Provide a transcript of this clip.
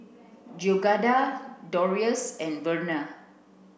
Georganna Darrius and Verna